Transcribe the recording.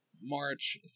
March